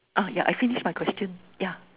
ah yeah I finished my question yeah